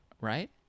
right